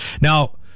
Now